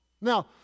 Now